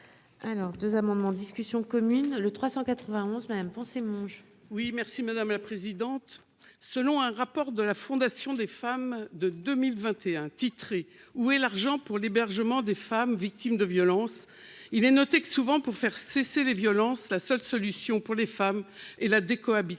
alors 2 amendements en discussion commune le 391 madame mange. Oui merci madame la présidente, selon un rapport de la Fondation des femmes de 2021 titré : où est l'argent pour l'hébergement des femmes victimes de violences, il est noté que souvent pour faire cesser les violences, la seule solution pour les femmes et la décohabitation,